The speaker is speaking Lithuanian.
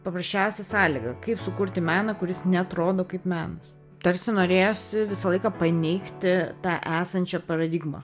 paprasčiausia sąlyga kaip sukurti meną kuris neatrodo kaip menas tarsi norėjosi visą laiką paneigti tą esančią paradigmą